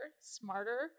smarter